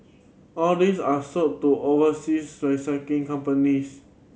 all these are sold to overseas recycling companies